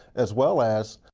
as well as